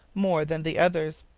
more than the others.